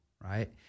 right